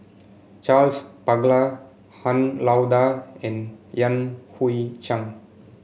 Charles Paglar Han Lao Da and Yan Hui Chang